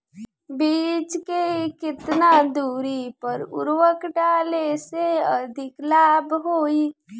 बीज के केतना दूरी पर उर्वरक डाले से अधिक लाभ होई?